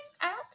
app